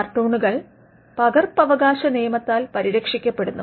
കാർട്ടൂണുകൾ പകർപ്പവകാശനിയമത്താൽ പരിരക്ഷിക്കപെടുന്നു